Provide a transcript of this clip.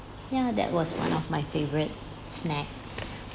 ya that was one of my favourite snack